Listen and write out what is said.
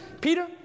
Peter